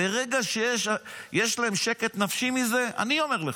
ברגע שיש להם שקט נפשי מזה, אני אומר לך,